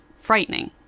frightening